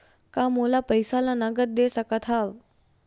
का मोला पईसा ला नगद दे सकत हव?